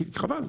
חבל.